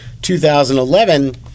2011